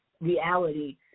reality